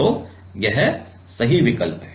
तो यह सही विकल्प है